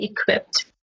equipped